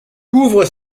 couvre